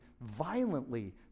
violently